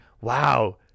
wow